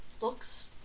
looks